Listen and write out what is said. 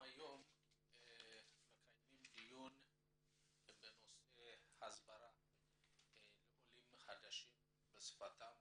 היום אנחנו מקיימים דיון בנושא הסברה לעולים חדשים בשפתם